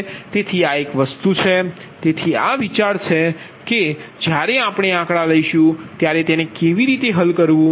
તેથી આ વસ્તુ છે તેથી આ વિચાર છે કે જ્યારે આપણે આંકડા લઈશું ત્યારે તેને કેવી રીતે હલ કરવું